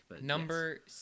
Number